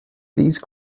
these